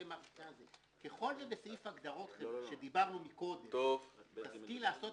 ככל שבסעיף ההגדרות שדיברנו מקודם תשכיל לעשות